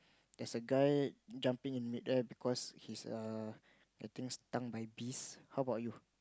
there's a guy jumping in mid air because he's err getting stung by bees how about you